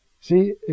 See